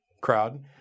crowd